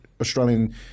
australian